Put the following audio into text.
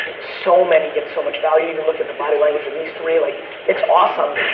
so many get so much value, even look at the body language of these three, like it's awesome.